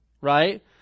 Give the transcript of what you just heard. right